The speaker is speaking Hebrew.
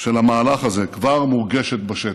של המהלך הזה כבר מורגשת בשטח.